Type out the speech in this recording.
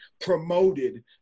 promoted